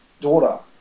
daughter